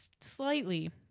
slightly